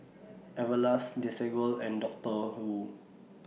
Everlast Desigual and Doctor Wu